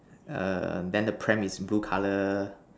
err then the pram is blue colour